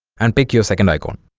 and pick your second icon